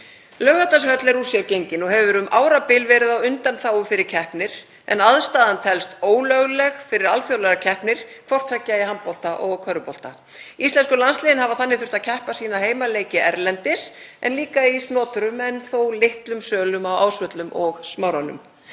Laugardalshöll er úr sér gengin og hefur um árabil verið á undanþágu fyrir keppnir en aðstaðan telst ólögleg fyrir alþjóðlegar keppnir hvort tveggja í handbolta og körfubolta. Íslensku landsliðin hafa þannig þurft að leika heimaleiki sína erlendis en líka í snotrum en þó litlum sölum á Ásvöllum og í Smáranum.